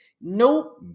Nope